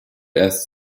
erst